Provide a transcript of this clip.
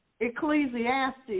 Ecclesiastes